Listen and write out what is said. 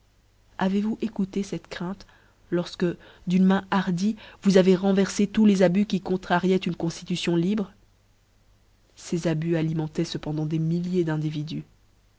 écouté cette crainte lodque d'une main hardie vous avez renverfé tous les abus qui contrarioient une conftitution libre ces abus alimentoient cependant des milliers d'individus